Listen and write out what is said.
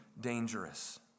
dangerous